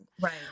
Right